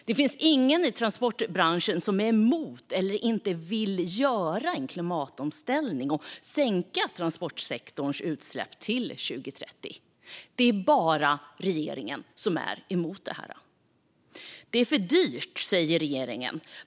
Det finns ingen i transportbranschen som är emot, eller som inte vill göra, en klimatomställning och sänka transportsektorns utsläpp till 2030. Det är bara regeringen som är emot detta. Det är för dyrt, säger regeringen.